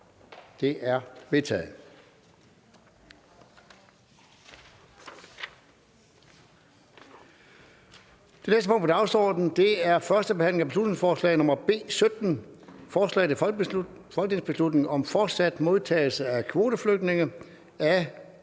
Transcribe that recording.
Det er vedtaget.